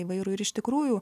įvairų ir iš tikrųjų